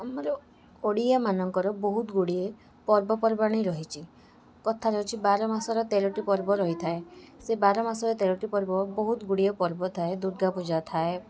ଆମର ଓଡ଼ିଆ ମାନଙ୍କର ବହୁତ ଗୁଡ଼ିଏ ପର୍ବପର୍ବାଣୀ ରହିଛି କଥାରେ ଅଛି ବାର ମାସରେ ତେରଟି ପର୍ବ ରହିଥାଏ ସେ ବାର ମାସରେ ତେରଟି ପର୍ବ ବହୁତ ଗୁଡ଼ିଏ ପର୍ବ ଥାଏ ଦୁର୍ଗା ପୂଜା ଥାଏ